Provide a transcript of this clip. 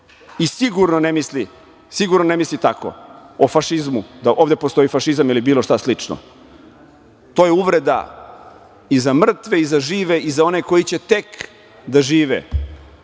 o svojoj zemlji i sigurno ne misli tako o fašizmu, da ovde postoji fašizam ili bilo šta slično. To je uvreda i za mrtve i za žive i za one koji će tek da žive.